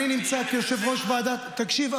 אני נמצא כיושב-ראש ועדת ------ תקשיב,